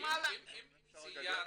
ציינת